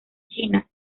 china